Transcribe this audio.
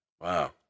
wow